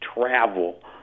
travel